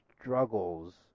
struggles